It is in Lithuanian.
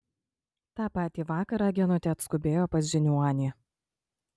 tą patį vakarą genutė atskubėjo pas žiniuonį